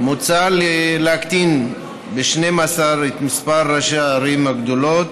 מוצע להקטין ל-12 את מספר ראשי הערים הגדולות